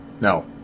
No